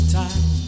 time